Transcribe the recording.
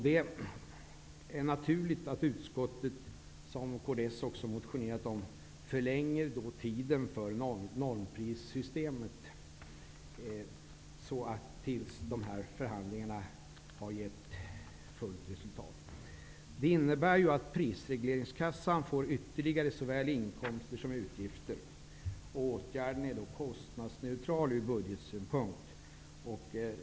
Det är naturligt att utskottet förlänger tiden för normprissystemet tills dessa förhandlingar har gett fullt resultat. Det har kds också motionerat om. Detta innebär att prisregleringskassan får ytterligare såväl inkomster som utgifter. Åtgärden är då kostnadsneutral från budgetsynpunkt.